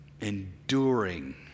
enduring